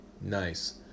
nice